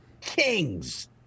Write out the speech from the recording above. kings